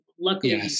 luckily